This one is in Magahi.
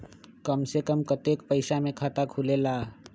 कम से कम कतेइक पैसा में खाता खुलेला?